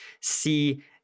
see